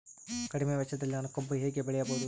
ಕಡಿಮೆ ವೆಚ್ಚದಲ್ಲಿ ನಾನು ಕಬ್ಬು ಹೇಗೆ ಬೆಳೆಯಬಹುದು?